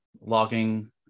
logging